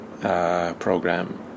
program